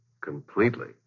Completely